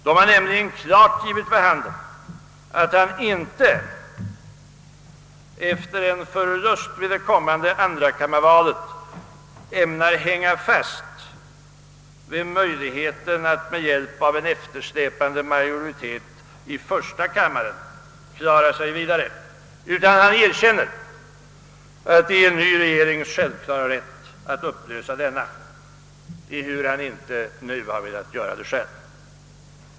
Dessa har nämligen klart givit vid handen, att han efter en förlust vid det kommande andrakammarvalet inte ämnar hänga fast vid möjligheten att med hjälp av en eftersläpande majoritet i första kammaren klara sig vidare. Herr Erlander erkänner, att det är en ny regerings självklara rätt att upplösa första kammaren, ehuru han nu inte velat göra det själv.